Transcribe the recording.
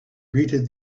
greeted